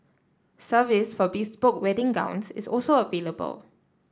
service for bespoke wedding gowns is also available